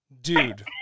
dude